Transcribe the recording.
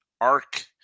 arc